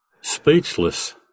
Speechless